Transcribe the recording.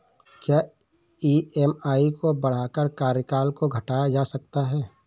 क्या ई.एम.आई को बढ़ाकर कार्यकाल को घटाया जा सकता है?